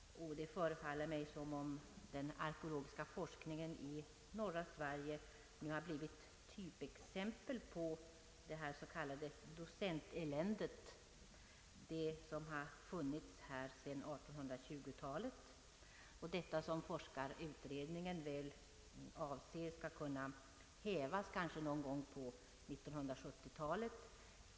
Det förefaller mig som om den arkeologiska forskningen i norra Sverige blivit typexempel på det s.k. docenteländet, som funnits här sedan 1820 talet och som forskarutredningen väl anser skola kunna hävas någon gång på 1970-talet.